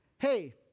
Hey